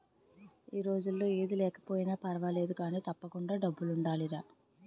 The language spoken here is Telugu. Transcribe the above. ఈ రోజుల్లో ఏది లేకపోయినా పర్వాలేదు కానీ, తప్పకుండా డబ్బులుండాలిరా